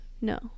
No